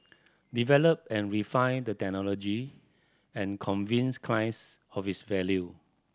develop and refine the technology and convince clients of its value